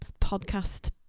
podcast